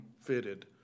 fitted